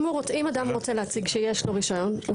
אם אדם רוצה להציג שיש לו רשיון,